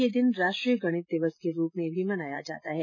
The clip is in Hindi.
यह दिन राष्ट्रीय गणित दिवस के रूप में मनाया जाता है